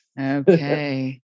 Okay